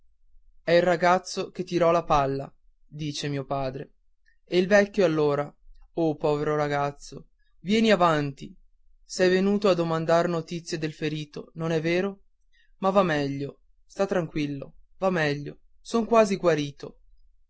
è il ragazzo che tirò la palla dice mio padre e il vecchio allora o povero ragazzo vieni avanti sei venuto a domandar notizie del ferito non è vero ma va meglio sta tranquillo va meglio son quasi guarito